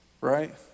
Right